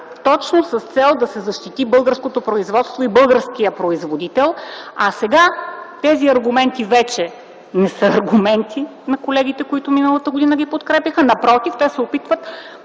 точно с цел да се защити българското производство и българският производител. Сега тези аргументи вече не са аргументи на колегите, които миналата година ги подкрепяха, напротив – те се опитват